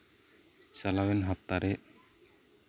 ᱪᱟᱞᱟᱣ ᱮᱱ ᱦᱟᱯᱛᱟᱨᱮ